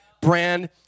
brand